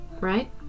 right